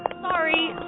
Sorry